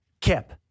kip